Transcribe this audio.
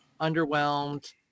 underwhelmed